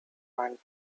and